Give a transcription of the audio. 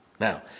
Now